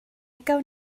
gawn